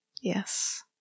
Yes